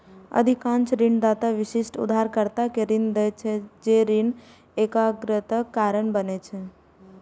अधिकांश ऋणदाता विशिष्ट उधारकर्ता कें ऋण दै छै, जे ऋण एकाग्रताक कारण बनै छै